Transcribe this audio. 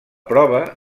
prova